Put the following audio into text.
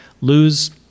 lose